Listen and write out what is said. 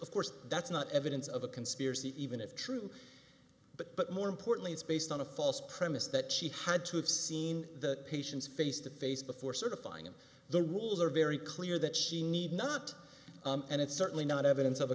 of course that's not evidence of a conspiracy even if true but but more importantly it's based on a false premise that she had to have seen the patients face to face before certifying and the rules are very clear that she need not and it's certainly not evidence of a